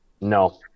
No